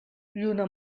lluna